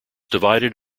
divided